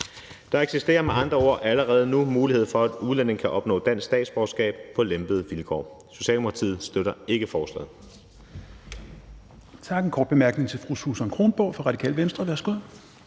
Der eksisterer med andre ord allerede nu mulighed for, at udlændinge kan opnå dansk statsborgerskab på lempede vilkår. Socialdemokratiet støtter ikke forslaget.